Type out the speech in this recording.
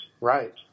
right